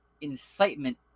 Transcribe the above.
incitement